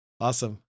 Awesome